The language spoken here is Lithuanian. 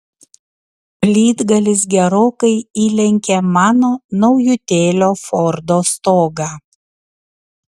plytgalis gerokai įlenkė mano naujutėlio fordo stogą